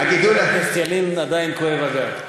כי לחבר הכנסת ילין עדיין כואב הגב,